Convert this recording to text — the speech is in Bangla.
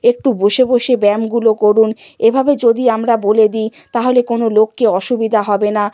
একটু বসে বসে ব্যায়ামগুলো করুন এভাবে যদি আমরা বলে দিই তাহলে কোনো লোককে অসুবিধা হবে না